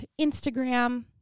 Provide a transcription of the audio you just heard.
Instagram